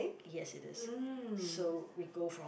yes it is so we go from